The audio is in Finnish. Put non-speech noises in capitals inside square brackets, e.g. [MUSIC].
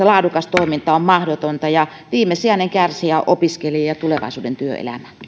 [UNINTELLIGIBLE] laadukas toiminta on mahdotonta ja viimesijainen kärsijä on opiskelija ja tulevaisuuden työelämä